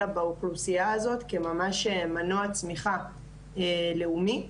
אלא באוכלוסייה הזו כממש מנוע צמיחה לאומי.